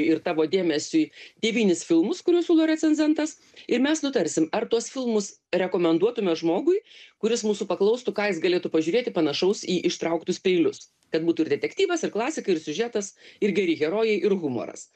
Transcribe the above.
ir tavo dėmesiui devynis filmus kuriuos siūlo recenzentas ir mes nutarsim ar tuos filmus rekomenduotume žmogui kuris mūsų paklaustų ką jis galėtų pažiūrėti panašaus į ištrauktus peilius kad būtų ir detektyvas ir klasika ir siužetas ir geri herojai ir humoras